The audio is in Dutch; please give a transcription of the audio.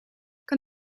kan